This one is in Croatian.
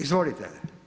Izvolite.